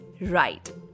right